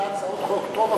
כשאת מגישה הצעת חוק טובה,